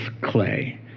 clay